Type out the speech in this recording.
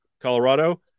Colorado